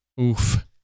Oof